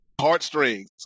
heartstrings